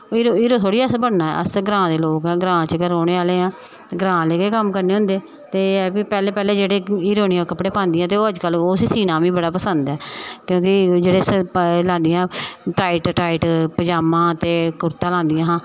hero थोह्ड़े असें बनना ऐ अस ग्रां दे लोग ऐं ग्रां च रौह्ने आह्ले आं ते ग्रां आह्ले गै कम्म करने होंदे ते भाई के पैह्लें पैह्लें जेह्ड़े हीरोइनां कपड़े पांदियां हां ते अज्जकल ओह् सीनां मिगी बड़ा पसंद ऐ क्योंकि जेह्ड़े एह् लांदियां टाइट टाइट पजामा ते कुर्ता लांदियां हां